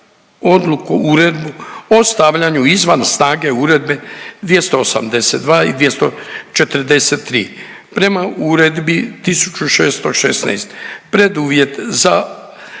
odluku uredbu o stavljanju izvan snage Uredbe 282 i 243. Prema Uredbi 1616 preduvjet za